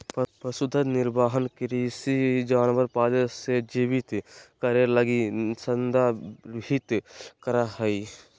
पशुधन निर्वाह कृषि जानवर पाले से जीवित करे लगी संदर्भित करा हइ